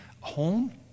home